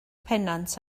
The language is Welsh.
pennant